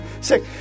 sick